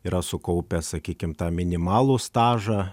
yra sukaupęs sakykim tą minimalų stažą